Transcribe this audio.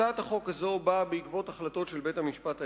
הצעת החוק הזאת באה בעקבות החלטות של בית-המשפט העליון,